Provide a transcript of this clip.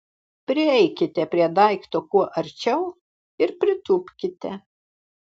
prieikite prie daikto kuo arčiau ir pritūpkite